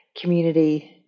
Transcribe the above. community